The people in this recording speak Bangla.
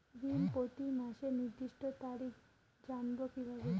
ঋণ প্রতিমাসের নির্দিষ্ট তারিখ জানবো কিভাবে?